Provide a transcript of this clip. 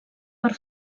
per